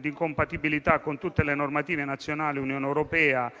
d'incompatibilità con tutte le normative nazionali e dell'Unione europea